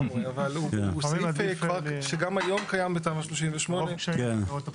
הוא סעיף שגם היום קיים בתמ"א 38. כן,